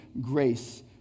grace